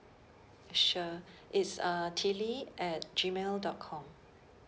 sure it's uh tilly at gmail dot com